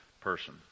person